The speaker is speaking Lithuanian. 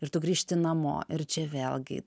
ir tu grįžti namo ir čia vėlgi